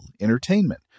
entertainment